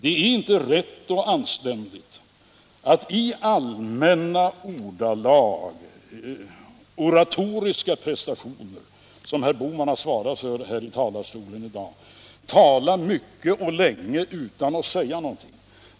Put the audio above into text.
Det är inte rätt och anständigt att i allmänna ordalag, oratoriska prestationer, som herr Bohman har svarat för här i talarstolen i dag, tala mycket och länge utan att säga någonting.